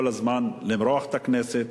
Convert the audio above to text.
כל הזמן למרוח את הכנסת,